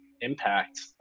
impact